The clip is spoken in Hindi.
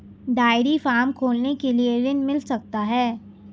डेयरी फार्म खोलने के लिए ऋण मिल सकता है?